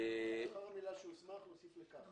לאחר המילה "שהוסמך" להוסיף "לכך".